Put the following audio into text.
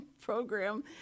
program